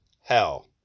hell